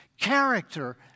character